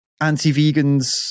anti-vegans